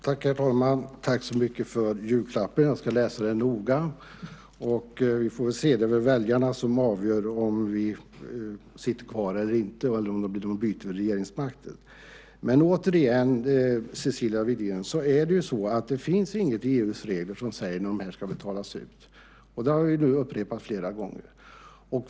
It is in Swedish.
Herr talman! Tack så mycket för julklappen, jag ska läsa den noga. Vi får väl se, det är väljarna som avgör om vi sitter kvar eller om det blir ett byte av regeringsmakten. Återigen, Cecilia Widegren, är det ju så att det inte finns något i EU:s regler som säger när det här ska betalas ut. Det har vi nu upprepat flera gånger.